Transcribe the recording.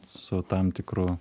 su tam tikru